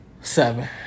seven